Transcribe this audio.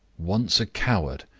once a coward,